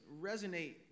resonate